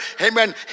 Amen